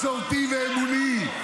מסורתי ואמוני.